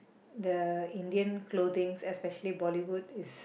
the Indian clothing especially Bollywood is